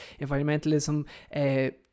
environmentalism